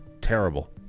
Terrible